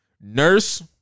nurse